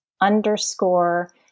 underscore